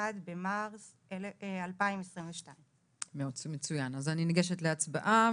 1 במרץ 2022. מצוין, אז אני ניגשת להצבעה.